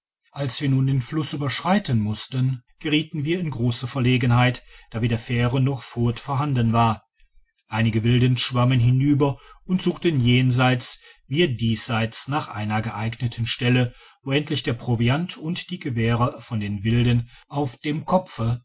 als wir nun den fluss überschreiten mussten gerieten wir in grosse verlegenheit da weder fähre noch furt vorhanden war einige wilden schwammen hinüber und suchten jenseits wir diesseits nach einer geeigneten stelle wo endlich der proviant und die gewehre von den wilden auf dem kopfe